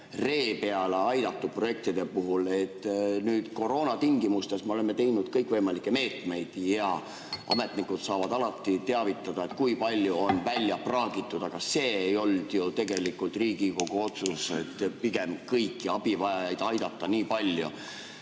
ree peale aidatud projektide puhul? Koroonatingimustes me oleme teinud kõikvõimalikke meetmeid. Ametnikud saavad alati teavitada, kui palju on välja praagitud, aga see ei olnud ju tegelikult Riigikogu otsus, pigem see, et kõiki abivajajaid nii palju